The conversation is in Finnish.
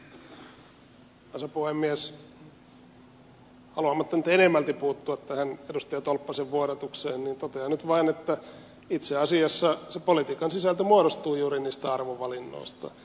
haluamatta nyt enemmälti puuttua tähän edustaja tolppasen vuodatukseen totean nyt vain että itse asiassa se politiikan sisältö muodostuu juuri niistä arvovalinnoista